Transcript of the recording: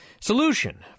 Solution